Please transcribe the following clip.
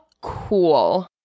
cool